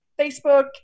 Facebook